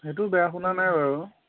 সেইটোও বেয়া শুনা নাই বাৰু